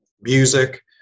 music